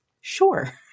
Sure